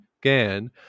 Gan